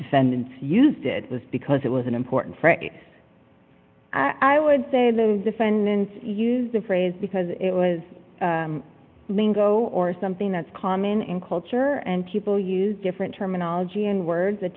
defendant used it was because it was an important i would say the defendant used the phrase because it was main go or something that's common in culture and people use different terminology and words at